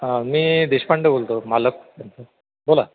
हां मी देशपांडे बोलतो मालक बोला